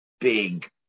Big